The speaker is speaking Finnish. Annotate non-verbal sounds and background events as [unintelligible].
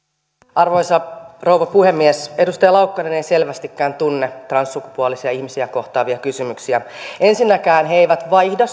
arvoisa rouva puhemies edustaja laukkanen ei selvästikään tunne transsukupuolisia ihmisiä kohtaavia kysymyksiä ensinnäkään he eivät vaihda [unintelligible]